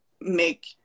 make